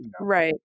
right